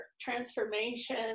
Transformation